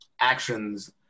actions